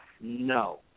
no